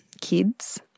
kids